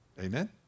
Amen